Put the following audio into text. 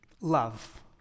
love